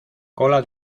cola